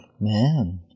Man